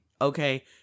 okay